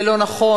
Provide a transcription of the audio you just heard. זה לא נכון,